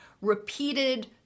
repeated